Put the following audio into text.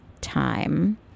time